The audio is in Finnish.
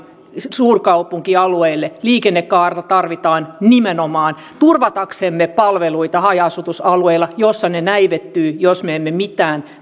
suurkaupunkialueille liikennekaarta tarvitaan nimenomaan turvataksemme palveluita haja asutusalueilla missä ne näivettyvät jos me emme tämänpäiväiseen mitään